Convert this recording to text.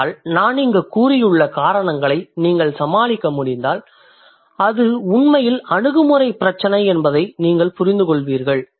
ஆனால் நான் இங்குக் கூறியுள்ள காரணங்களை நீங்கள் சமாளிக்க முடிந்தால் அது உண்மையில் அணுகுமுறை பிரச்சினை என்பதை நீங்கள் புரிந்துகொள்வீர்கள்